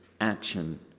action